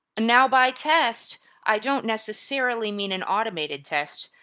now by test i don't necessarily mean an automated test,